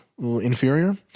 inferior